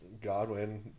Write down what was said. Godwin